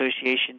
Association